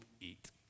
eat